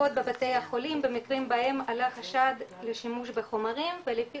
בדיקות בבתי החולים במקרים בהם עלה חשד לשימוש בחומרים ולפי